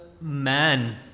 man